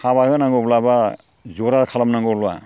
हाबा होनांगौब्ला एबा जरा खालाम नांगौब्ला